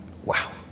Wow